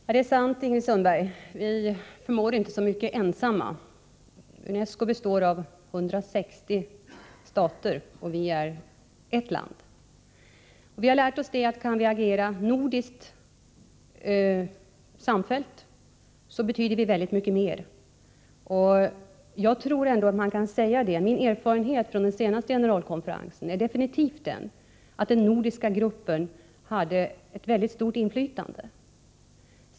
Herr talman! Det är sant, Ingrid Sundberg, att vi inte förmår så mycket ensamma. UNESCO består av 160 stater, och vi är ett land. Vi har lärt oss att kan vi agera nordiskt samfällt, så betyder det väldigt mycket mer. Jag tror ändå att man kan säga detta. Min erfarenhet från den senaste generalkonferensen är definitivt den, att den nordiska gruppen hade ett väldigt stort inflytande.